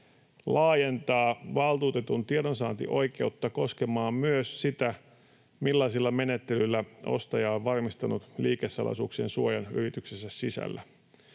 laajentaa valtuutetun tiedonsaantioikeutta koskemaan myös sitä, millaisilla menettelyillä ostaja on varmistanut liikesalaisuuksien suojan yrityksensä sisällä.